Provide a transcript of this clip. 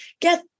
get